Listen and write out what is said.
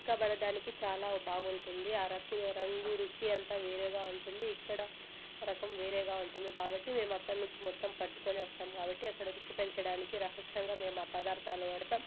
చిక్కబడడానికి చాలా బాగుంటుంది ఆరకపు రంగు రుచి అంత వేరేగా ఉంటుంది ఇక్కడ రకం వేరేగా ఉంటుంది కాబట్టి మేము అక్కడ నుంచి మొత్తం పట్టుకొని వస్తాము కాబట్టి అక్కడ రుచి పెంచడానికి రహస్యంగా మేము ఆ పదార్థాలు వాడతాం